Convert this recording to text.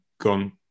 gone